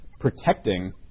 protecting